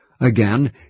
again